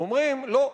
ואומרים: לא,